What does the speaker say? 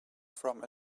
from